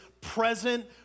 present